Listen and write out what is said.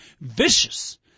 Vicious